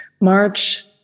March